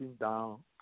down